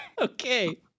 Okay